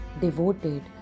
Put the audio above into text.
devoted